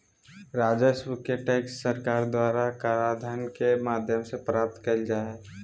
राजस्व के टैक्स सरकार द्वारा कराधान के माध्यम से प्राप्त कइल जा हइ